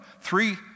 three